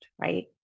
right